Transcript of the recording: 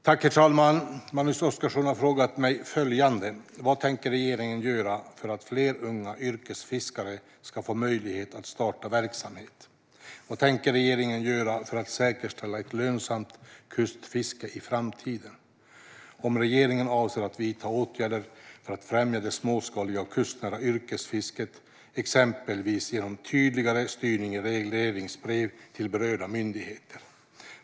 Herr talman! Magnus Oscarsson har frågat mig följande. Vad tänker regeringen göra för att fler unga yrkesfiskare ska få möjlighet att starta verksamhet? Vad tänker regeringen göra för att säkerställa ett lönsamt kustfiske i framtiden? Avser regeringen att vidta åtgärder för att främja det småskaliga och kustnära yrkesfisket, exempelvis genom tydligare styrning i regleringsbrev till berörda myndigheter?